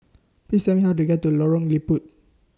Please Tell Me How to get to Lorong Liput